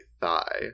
thigh